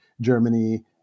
Germany